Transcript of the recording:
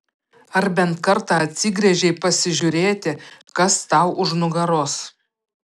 ar bent kartą atsigręžei pasižiūrėti kas tau už nugaros